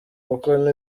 kuko